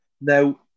Now